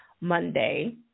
Monday